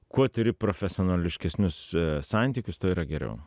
kuo turi profesionališkesnius santykius tuo yra geriau